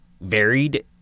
varied